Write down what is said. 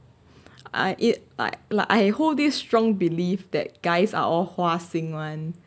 I err like like I hold these strong belief that guys are all 花心 [one]